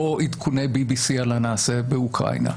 או עדכוני BBC על הנעשה באוקראינה.